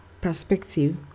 perspective